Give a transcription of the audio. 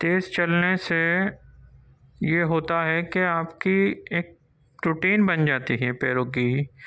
تیز چلنے سے یہ ہوتا ہے کہ آپ کی ایک روٹین بن جاتی ہے پیروں کی